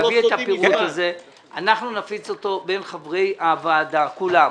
נפיץ אותו בין חברי הוועדה כולם,